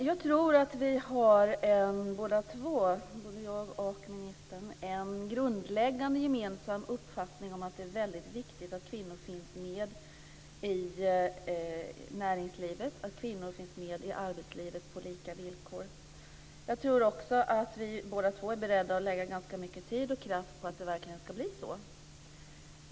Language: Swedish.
Fru talman! Jag tror att både jag och ministern har en grundläggande gemensam uppfattning om att det är väldigt viktigt att kvinnor finns med i näringslivet och arbetslivet på lika villkor. Jag tror också att vi båda två är beredda att lägga ned ganska mycket tid och kraft på att det verkligen ska bli så.